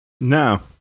No